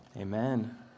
Amen